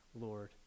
Lord